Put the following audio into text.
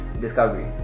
Discovery